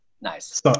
Nice